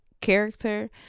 character